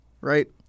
right